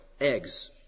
eggs